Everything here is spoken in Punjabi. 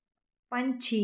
ਪੰਛੀ